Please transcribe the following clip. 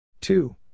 two